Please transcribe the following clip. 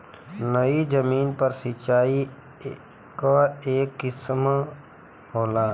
नयी जमीन पर सिंचाई क एक किसिम होला